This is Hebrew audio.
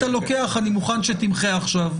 זה עוזר בעלי המסעדות,